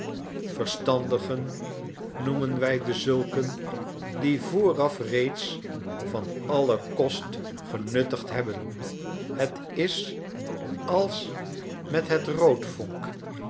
verstandigen noemen wij dezulken die vooraf reeds van allen kost genuttigd hebben het is als met het